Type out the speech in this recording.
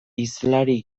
hizlari